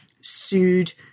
sued